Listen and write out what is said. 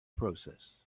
process